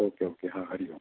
okay okay हा हरी ओम